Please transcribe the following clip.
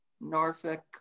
Norfolk